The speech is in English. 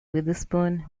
witherspoon